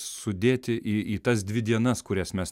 sudėti į į tas dvi dienas kurias mes